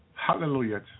Hallelujah